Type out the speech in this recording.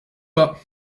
pas